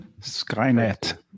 Skynet